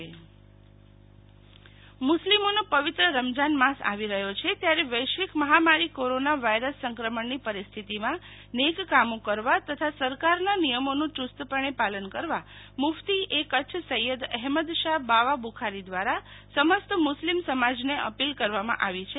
શીતલ વૈશ્નવ કચ્છ મુફતી એ કચ્છ મુસ્લિમોનો પવિત્ર રમજાન માસ આવી રહ્યો છે ત્યારે વૈશ્વિક મહામારી કોરોના વાયરસ સંક્રમણની પરિસ્થિતિમાં નેક કામો કરવા તથા સરકારના નિયમોનું ચુસ્તપણે પાલન કરવા મુફતી એ કચ્છ સૈયદ અહેમદશા બાવા બુખારી દ્વારા સમસ્ત મુસ્લિમ સમાજને અપીલ કરવામાં આવી છે